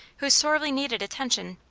who sorely needed attention,